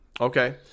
Okay